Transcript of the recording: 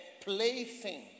plaything